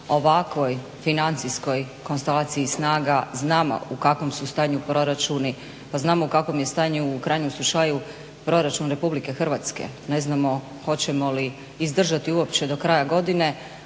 ovakvoj financijskoj konstelaciji snaga, znamo u kakvom su stanju proračuni pa znamo u kakvom je stanju u krajnjem slučaju Proračun RH. Ne znamo hoćemo li izdržati uopće do kraja godine,